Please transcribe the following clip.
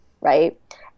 Right